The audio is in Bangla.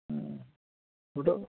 হুম ওটা